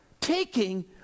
taking